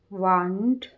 ਵੰਡ